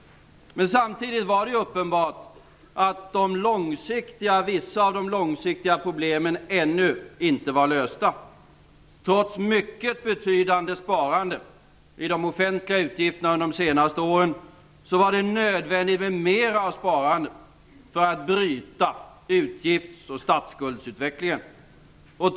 Men samtidigt var det uppenbart att vissa av de långsiktiga problemen ännu inte var lösta. Trots mycket betydande sparande i de offentliga utgifterna under de senaste åren, var det nödvändigt att spara mer för att bryta utgifts-och statsskuldsutvecklingen.